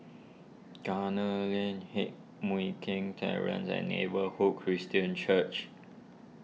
Gunner Lane Heng Mui Keng Terrace and Neighbourhood Christian Church